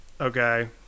Okay